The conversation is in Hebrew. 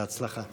בהצלחה.